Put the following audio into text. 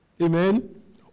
Amen